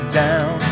down